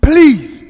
Please